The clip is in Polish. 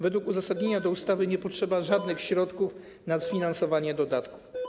Według uzasadnienia ustawy nie potrzeba żadnych środków na sfinansowanie dodatków.